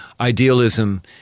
idealism